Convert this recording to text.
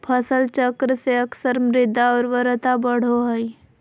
फसल चक्र से अक्सर मृदा उर्वरता बढ़ो हइ